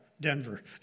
Denver